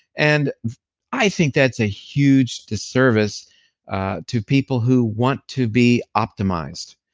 and i think that's a huge disservice ah to people who want to be optimized.